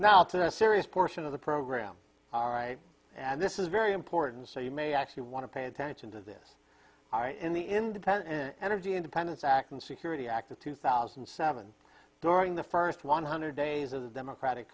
now to the serious portion of the program all right and this is very important so you may actually want to pay attention to this in the independent energy independence act and security act of two thousand and seven during the first one hundred days of the democratic